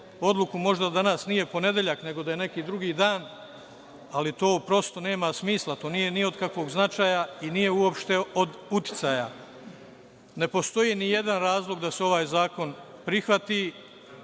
odluku, možda danas nije ponedeljak nego da je neki drugi dan, ali to prosto nema smisla, to nije ni od kakvog značaja i nije uopšte od uticaja. Ne postoji nijedan razlog da se ovaj zakon prihvati.